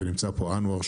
ונמצא פה אנוואר,